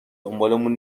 دنبالمون